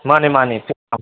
ꯃꯥꯅꯦ ꯃꯥꯅꯦ